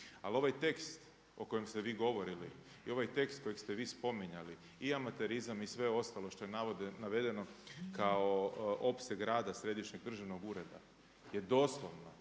Ali ovaj tekst o kojem ste vi govorili i ovaj tekst kojeg ste vi spominjali i amaterizam i sve ostalo što je navedeno kao opseg rada Središnjeg državnog ureda je doslovno